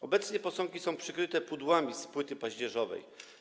Obecnie posągi są przykryte pudłami z płyty paździerzowej.